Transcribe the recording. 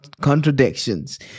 contradictions